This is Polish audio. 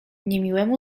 niemiłemu